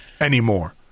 anymore